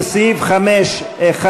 לסעיף 5(1),